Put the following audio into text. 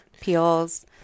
peels